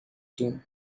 team